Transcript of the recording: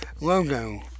logo